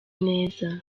neza